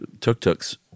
tuk-tuks